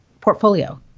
portfolio